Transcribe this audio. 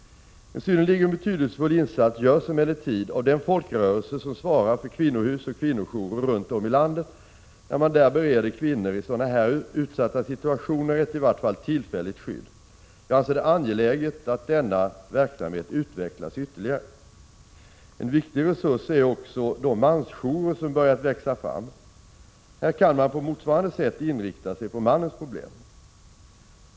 En synnerligen betydelsefull insats görs emellertid av den folkrörelse som svarar för kvinnohus och kvinnojourer runt om i landet när man där bereder kvinnor i sådana här utsatta situationer ett i vart fall tillfälligt skydd. Jag anser det angeläget att denna verksamhet utvecklas ytterligare. En viktig resurs är också de mansjourer som börjat växa fram. Här kan man på motsvarande sätt inrikta sig på mannens problem.